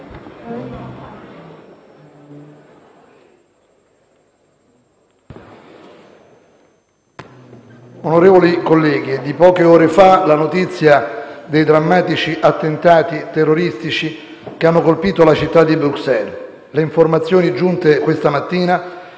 Onorevoli colleghi, è di poche ore fa la notizia dei drammatici attentati terroristici che hanno colpito la città di Bruxelles. Le informazioni giunte questa mattina